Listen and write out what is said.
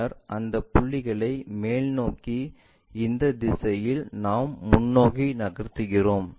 பின்னர் அந்த புள்ளிகளை மேல்நோக்கி இந்த திசையில் நாம் முன்னோக்கி நகர்த்துகிறோம்